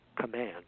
command